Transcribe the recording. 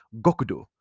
gokudo